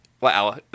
wow